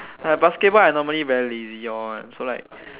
like basketball I normally very lazy all one